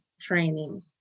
training